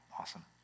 Awesome